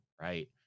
right